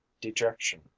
dejection